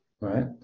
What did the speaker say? right